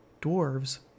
Dwarves